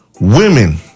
Women